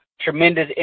tremendous